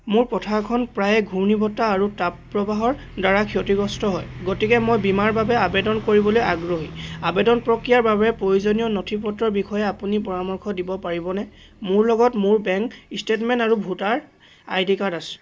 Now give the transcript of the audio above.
মোৰ পথাৰখন প্ৰায়ে ঘূৰ্ণীবতাহ আৰু তাপপ্ৰবাহৰদ্বাৰা ক্ষতিগ্ৰস্ত হয় গতিকে মই বীমাৰ বাবে আবেদন কৰিবলৈ আগ্ৰহী আবেদন প্ৰক্ৰিয়াৰ বাবে প্ৰয়োজনীয় নথিপত্ৰৰ বিষয়ে আপুনি পৰামৰ্শ দিব পাৰিবনে মোৰ লগত মোৰ বেংক ষ্টেটমেণ্ট আৰু ভোটাৰ আই ডি কাৰ্ড আছে